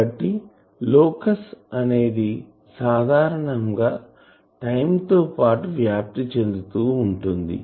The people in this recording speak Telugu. కాబట్టి లోకస్ అనేది సాధారణంగా టైమ్ తో పాటు వ్యాప్తి చెందుతూ ఉంటుంది